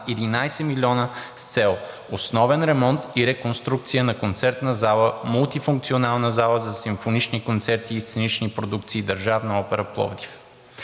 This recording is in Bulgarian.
11 милиона с цел основен ремонт и реконструкция на Концертна зала, мултифункционална зала за симфонични концерти и сценични продукции, Държавна опера – Пловдив.